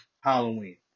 Halloween